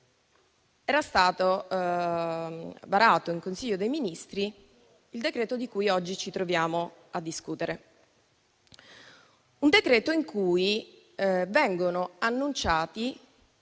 era stato varato in Consiglio dei ministri il decreto-legge di cui oggi ci troviamo a discutere. Un decreto-legge in cui vengono annunciati